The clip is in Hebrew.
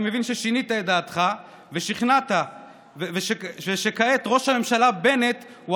אני מבין ששינית את דעתך ושכעת ראש הממשלה בנט הוא